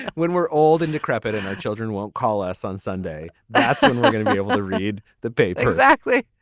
when we're old and decrepit and our children won't call us on sunday that's going to be able to read the paper exactly